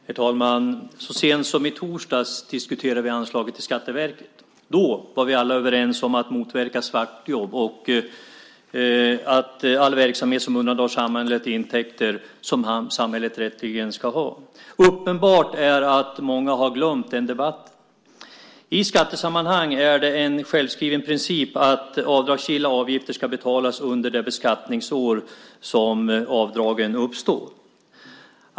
Herr talman! Så sent som i torsdags diskuterade vi anslaget till Skatteverket. Då var vi alla överens om att motverka svartjobb och all verksamhet som undandrar samhället intäkter som samhället rätteligen ska ha. Uppenbarligen har många glömt den debatten. I skattesammanhang är det en självskriven princip att avdragsgilla avgifter ska betalas under det beskattningsår då avdragen uppstår.